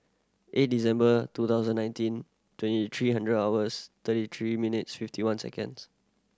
eight December two thousand nineteen twenty three hundred hours thirty three minutes fifty one seconds